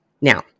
Now